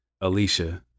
alicia